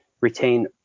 retain